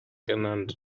genannt